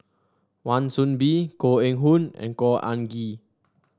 Wan Soon Bee Koh Eng Hoon and Khor Ean Ghee